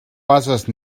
bases